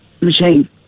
machine